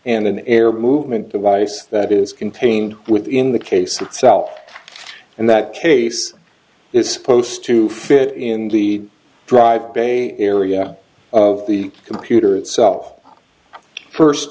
and an air movement device that is contained within the case itself and that case is supposed to fit in the drive bay area of the computer itself first